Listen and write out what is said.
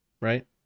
Right